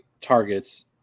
targets